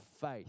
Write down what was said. faith